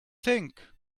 think